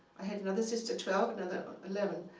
i had another sister, twelve, and another, eleven.